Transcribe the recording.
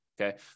okay